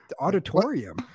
auditorium